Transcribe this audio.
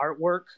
artwork